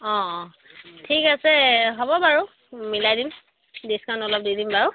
অঁ অঁ ঠিক আছে হ'ব বাৰু মিলাই দিম ডিচকাউণ্ট অলপ দি দিম বাৰু